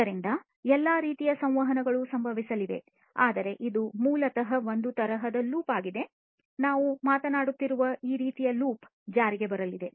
ಆದ್ದರಿಂದ ಎಲ್ಲಾ ರೀತಿಯ ಸಂವಹನಗಳು ಸಂಭವಿಸಲಿವೆ ಆದರೆ ಇದು ಮೂಲತಃ ಒಂದು ತರಹದ ಲೂಪ್ ಆಗಿದೆ ನಾವು ಮಾತನಾಡುತ್ತಿರುವ ಈ ರೀತಿಯ ಲೂಪ್ ಜಾರಿಗೆ ಬರಲಿದೆ